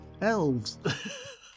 elves